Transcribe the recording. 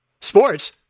Sports